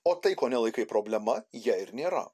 o tai ko nelaikai problema ja ir nėra